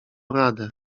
radę